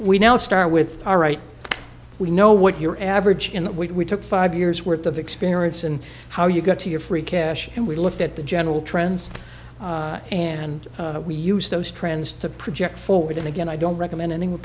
we now start with all right we know what your average in we took five years worth of experience and how you got to your free cash and we looked at the general trends and we use those trends to project forward and again i don't recommend